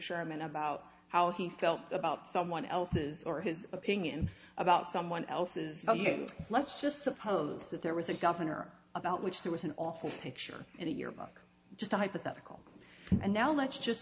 sherman about how he felt about someone else's or his opinion about someone else's value let's just suppose that there was a governor about which there was an awful picture in your book just a hypothetical and now let's just